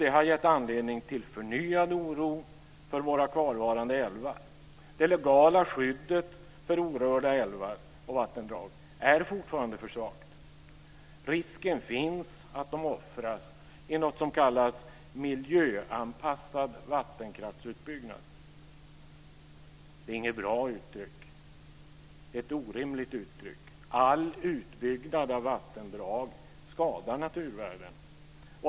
Det har gett anledning till förnyad oro för våra kvarvarande älvar. Det legala skyddet för orörda älvar och vattendrag är fortfarande för svagt. Risken finns att de offras i något som kallas miljöanpassad vattenkraftsutbyggnad. Det är inget bra uttryck. Det är ett orimligt uttryck. All utbyggnad av vattendrag skadar naturvärden.